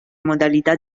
modalità